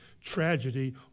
tragedy